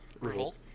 Revolt